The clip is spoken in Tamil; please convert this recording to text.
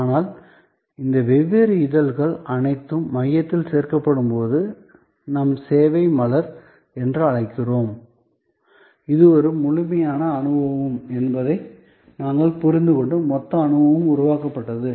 ஆனால் இந்த வெவ்வேறு இதழ்கள் அனைத்தும் மையத்தில் சேர்க்கப்படும்போது நாம் சேவை மலர் என்று அழைக்கிறோம் இது ஒரு முழுமையான அனுபவம் என்பதை நாங்கள் புரிந்துகொண்டு மொத்த அனுபவமும் உருவாக்கப்பட்டது